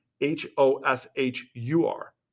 H-O-S-H-U-R